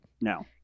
no